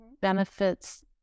benefits